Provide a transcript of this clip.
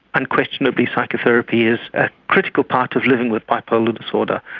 unquestionably psychotherapy is a critical part of living with bipolar disorder.